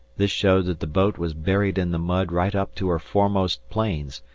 this showed that the boat was buried in the mud right up to her foremost planes,